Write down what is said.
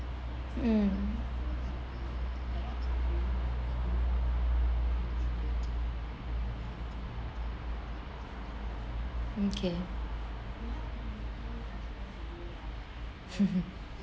mm okay